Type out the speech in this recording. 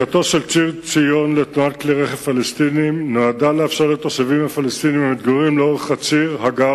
חבר הכנסת מיכאל בן-ארי שאל את שר הביטחון ביום כ"ו